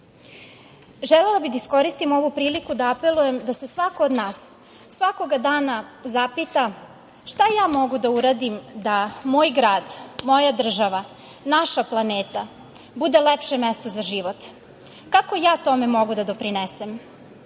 Želela bih da iskoristim ovu priliku i apelujem da svako od nas, svakoga dana zapita šta ja mogu da uradim da moj grad, moja država, naša planeta bude lepše mesto za život, kako ja tome mogu da doprinesem.